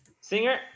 singer